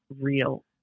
real